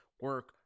Work